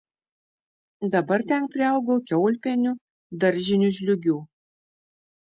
dabar ten priaugo kiaulpienių daržinių žliūgių